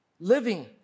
Living